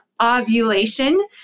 ovulation